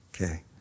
okay